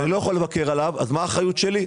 אם אני לא יכול לבקר עליו, מה האחריות שלי?